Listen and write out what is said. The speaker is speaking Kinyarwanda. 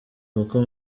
kuko